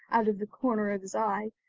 out of the corner of his eye,